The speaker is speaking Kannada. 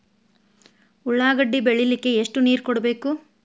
ಉಳ್ಳಾಗಡ್ಡಿ ಬೆಳಿಲಿಕ್ಕೆ ಎಷ್ಟು ನೇರ ಕೊಡಬೇಕು?